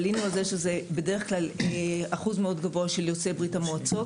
אחוז מאוד גבוה מהם הוא של יוצאי ברית המועצות,